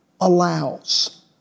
allows